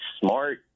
smart